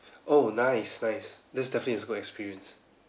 oh nice nice that's definitely is a good experience